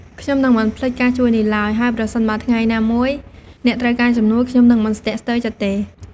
ខ្ញុំនឹងមិនភ្លេចការជួយនេះឡើយ ហើយប្រសិនបើថ្ងៃណាមួយអ្នកត្រូវការជំនួយ ខ្ញុំនឹងមិនស្ទាក់ស្ទើរចិត្តទេ។